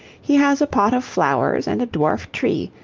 he has a pot of flowers and a dwarf tree,